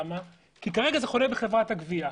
כי כרגע זה חונה בחברת הגבייה.